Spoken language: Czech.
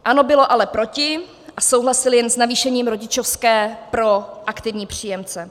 ANO bylo ale proti, souhlasili jen s navýšením rodičovské pro aktivní příjemce.